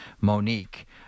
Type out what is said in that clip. Monique